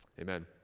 Amen